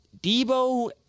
Debo